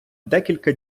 декілька